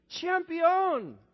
champion